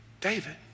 David